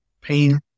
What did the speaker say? pain